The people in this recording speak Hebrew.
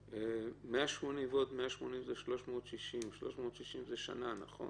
180 ועוד 180 זה 360. 360 זה שנה, נכון?